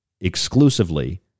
exclusively